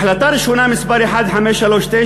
החלטה ראשונה, מס' 1539,